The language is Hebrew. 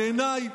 בעיניי